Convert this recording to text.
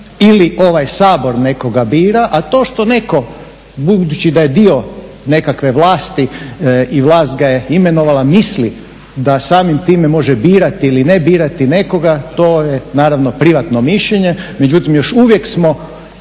ili ovaj Sabor nekoga bira, a to što netko, budući da je dio nekakve vlasti i vlast ga je imenovala, misli da samim time može birati ili ne birati nekoga, to je naravno privatno mišljenje, međutim još uvijek smo